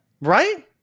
right